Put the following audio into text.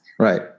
Right